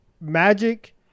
Magic